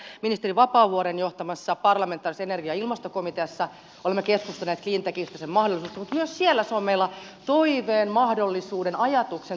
myös tässä ministeri vapaavuoren johtamassa parlamentaarisessa energia ja ilmastokomiteassa olemme keskustelleet cleantechistä sen mahdollisuuksista mutta myös siellä se on meillä toiveen mahdollisuuden ajatuksen tasolla